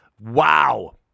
Wow